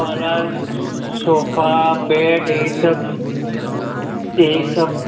पलंग sofa bed यही सब यही सब